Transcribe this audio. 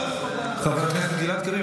חבר הכנסת גלעד קריב,